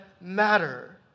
matter